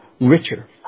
richer